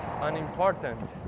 unimportant